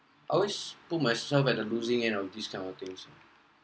I always put my at the losing end of these kind of things